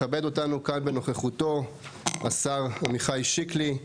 מכבד אותנו כאן כנוכחותו השר עמיחי שיקלי.